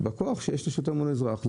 בכוח שיש לשוטר מול אזרח.